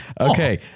Okay